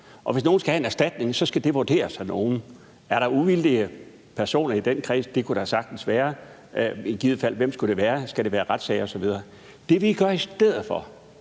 Hvis nogen skal have en erstatning, skal det vurderes af nogle andre. Er der uvildige personer i den kreds? Det kunne der sagtens være, men hvem skulle det i givet fald være: Skal det være ved retssager osv.? Det, vi gør i stedet for,